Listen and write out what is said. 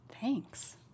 Thanks